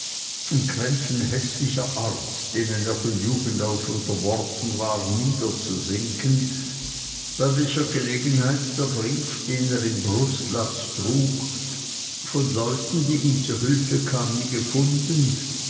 in krämpfen häßlicher art denen er von jugend auf unterworfen war niederzusinken bei welcher gelegenheit der brief den er im brustlatz trug von leuten die ihm zu hülfe kamen gefunden